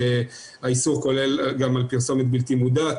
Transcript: האיסור כולל גם על פרסומת בלתי מודעת,